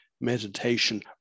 Meditation